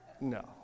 No